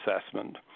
assessment